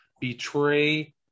betray